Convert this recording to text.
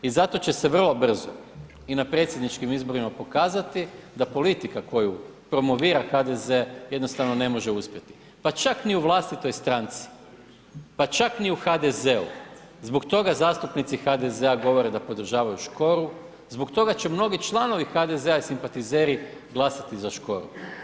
I za to će se vrlo brzo i na predsjedničkim izborima pokazati, da politika koju promovira HDZ jednostavno ne može uspjeti, pa čak ni u vlastitoj stranci, pa čak ni u HDZ-u, zbog toga zastupnici HDZ-a govore da podržavaju Škoru, zbog toga će mnogi članovi HDZ-a i simpatizeri glasati za Škoru.